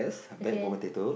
okay